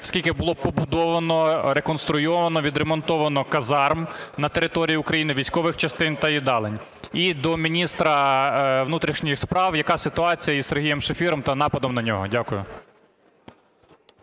скільки було побудовано, реконструйовано, відремонтовано казарм на території України, військових частин та їдалень? І до міністра внутрішніх справ. Яка ситуація із Сергієм Шефіром та нападом на нього? Дякую.